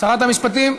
שרת המשפטים.